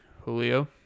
Julio